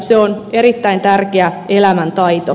se on erittäin tärkeä elämäntaito